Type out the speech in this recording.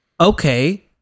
Okay